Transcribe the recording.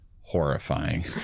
horrifying